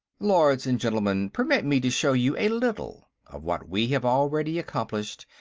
lords and gentlemen, permit me to show you a little of what we have already accomplished,